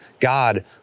God